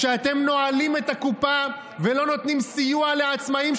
כשאתם נועלים את הקופה ולא נותנים סיוע לעצמאים,